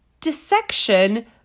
dissection